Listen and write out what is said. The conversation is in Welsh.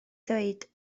ddweud